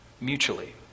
mutually